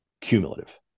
cumulative